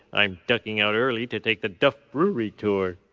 i'm ducking out early to take the duff brewery tour.